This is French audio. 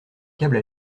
câble